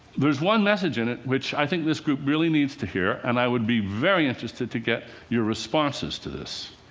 there is one message in it which i think this group really needs to hear. and i would be very interested to get your responses to this.